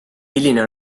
milline